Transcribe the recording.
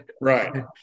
Right